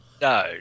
No